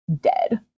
dead